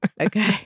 Okay